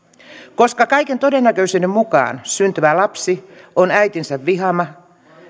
koska kaiken todennäköisyyden mukaan syntyvä lapsi on äitinsä vihaama